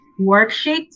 worksheet